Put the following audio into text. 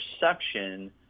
perception